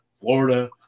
Florida